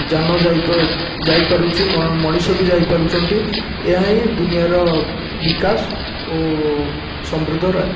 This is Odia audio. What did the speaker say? ଯାନ ଯାଇପା ଯାଇପାରୁଛି ମଣିଷ ବି ଯାଇ ପାରୁଛନ୍ତି ଏହା ହିଁ ଦୁନିଆର ବିକାଶ ଓ ସମୃଦ୍ଧ